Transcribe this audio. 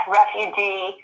refugee